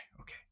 okay